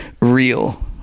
real